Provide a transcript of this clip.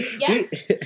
Yes